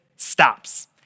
stops